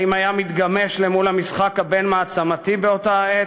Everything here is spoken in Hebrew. האם היה מתגמש מול המשחק הבין-מעצמתי באותה עת?